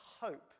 hope